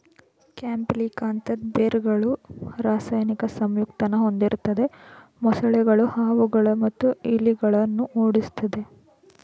ಕ್ಯಾಂಪಿಲಿಕಾಂತದ್ ಬೇರ್ಗಳು ರಾಸಾಯನಿಕ ಸಂಯುಕ್ತನ ಹೊಂದಿರ್ತದೆ ಮೊಸಳೆಗಳು ಹಾವುಗಳು ಮತ್ತು ಇಲಿಗಳನ್ನ ಓಡಿಸ್ತದೆ